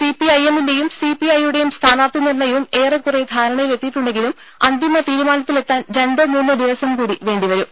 സിപിഐഎമ്മിന്റേയും സിപിഐയുടേയും സ്ഥാനാർത്ഥി നിർണയവും ഏറെക്കുറെ ധാരണയിലെത്തിയിട്ടുണ്ടെങ്കിലും അന്തിമ തീരുമാനത്തിലെത്താൻ രണ്ടോ മൂന്നോ ദിവസം കൂടി വേണ്ടിവരും